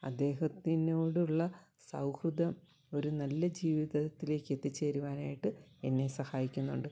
അദ്ദേഹത്തിനോടുള്ള സൗഹൃദം ഒരു നല്ല ജീവിതത്തിലേക്ക് എത്തിച്ചേരുവാനായിട്ട് എന്നെ സഹായിക്കുന്നുണ്ട്